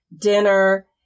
dinner